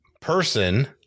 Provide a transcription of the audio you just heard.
person